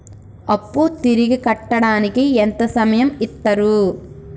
అప్పు తిరిగి కట్టడానికి ఎంత సమయం ఇత్తరు?